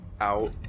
out